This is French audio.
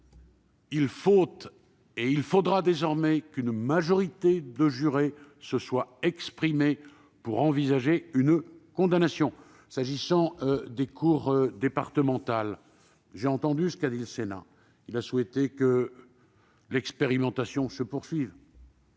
cas autrefois, il faudra désormais qu'une majorité de jurés se soient exprimés pour envisager une condamnation. En ce qui concerne des cours départementales, j'ai entendu ce qu'a dit le Sénat, lequel a souhaité que l'expérimentation se poursuive.